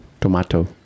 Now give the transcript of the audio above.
Tomato